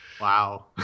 wow